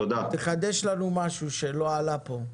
תחדש לנו משהו שלא עלה פה.